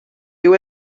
you